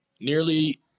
nearly